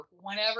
whenever